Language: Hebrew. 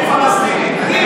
אתם ממשלה יהודית-פלסטינית.